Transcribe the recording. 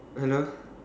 hello